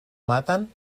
maten